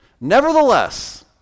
Nevertheless